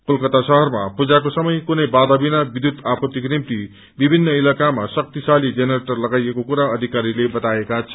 कोलकत्ता शहरमा पूजाको समय कुनै बाधा बिना बिध्युत आपूर्तिको निम्ति विभिन्न इलाकामा शक्तिशाली जेनरेटर लगाइएको कुरा अधिकारीले बताएका छन्